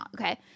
okay